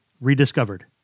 rediscovered